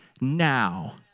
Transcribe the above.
now